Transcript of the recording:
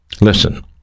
Listen